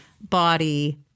body